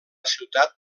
ciutat